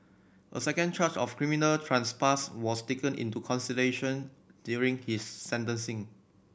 a second charge of criminal trespass was taken into consideration during his sentencing